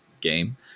game